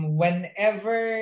whenever